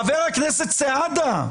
חבר הכנסת סעדה,